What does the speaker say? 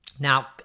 Now